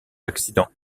accident